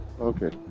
Okay